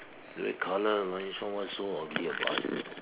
don't need collar no need so much so or be about it